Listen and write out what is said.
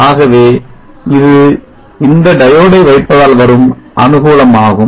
ஆகவே இது இந்த diode ஐ வைப்பதால் வரும் அனுகூலம் ஆகும்